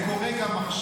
זה קורה גם עכשיו,